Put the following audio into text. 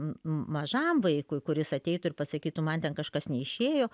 mažam vaikui kuris ateitų ir pasakytų man ten kažkas neišėjo